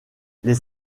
les